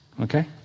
okay